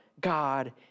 God